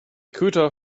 köter